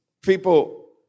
people